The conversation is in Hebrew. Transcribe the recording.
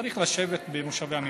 הוא צריך לשבת במושבי הממשלה.